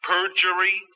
Perjury